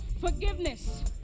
forgiveness